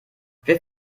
wirf